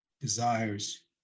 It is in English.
desires